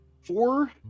four